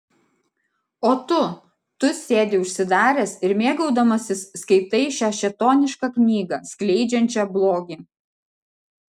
o tu tu sėdi užsidaręs ir mėgaudamasis skaitai šią šėtonišką knygą skleidžiančią blogį